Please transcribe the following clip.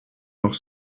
noch